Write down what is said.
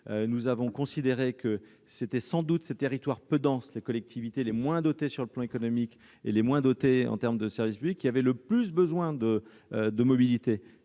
nous avons considéré que ce sont les territoires peu denses, les collectivités les moins dotées sur le plan économique et en termes de services publics qui ont le plus besoin de mobilité.